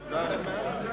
33